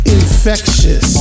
infectious